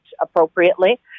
appropriately